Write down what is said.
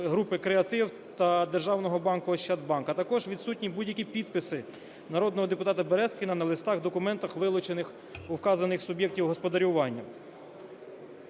"Група Креатив" та державного банку "Ощадбанк", а також відсутні будь-які підписи народного депутата Березкіна на листах, документах, вилучених у вказаних суб'єктів господарювання.